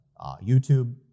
YouTube